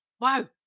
wow